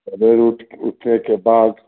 सवेरे उठ उठने के बाद